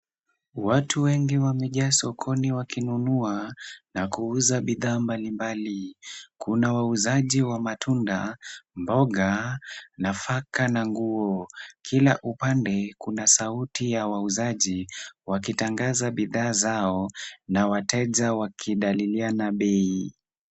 Watu wengi wamejaa sokoni wakinunua na kuuza bidhaa mbalimbali. Kuna wauzaji wa matunda, mboga, nafaka na nguo. Kila upande kuna sauti ya wauzaji wakitangaza bidhaa zao na wateja wakijadiliana bei.